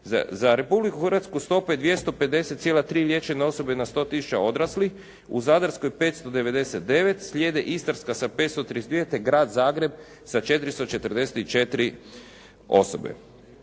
Za Republiku Hrvatsku stopa je 250,3 liječene osobe na 100 tisuća odraslih. U Zadarskoj 599. Slijede Istarska sa 532 te grad Zagreb sa 444 osobe.